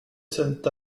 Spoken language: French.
cet